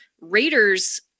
Raiders